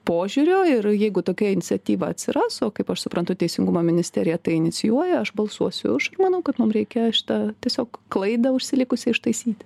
požiūrio ir jeigu tokia iniciatyva atsiras o kaip aš suprantu teisingumo ministerija tai inicijuoja aš balsuosiu už ir manau kad mum reikia šitą tiesiog klaidą užsilikusią ištaisyti